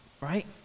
right